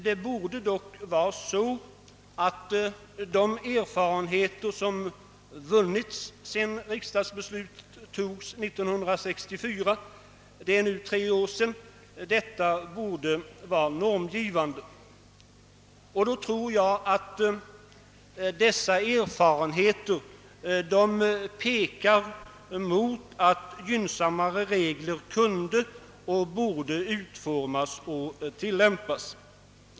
Det borde dock vara så att de erfarenheter som vunnits sedan riksdagen fattade sitt beslut år 1964 — alltså för tre år sedan — finge vara normgivande. Jag tror att dessa erfarenheter pekar mot att gynnsammare regler borde utformas och tilllämpas.